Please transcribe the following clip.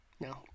No